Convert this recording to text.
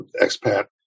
expat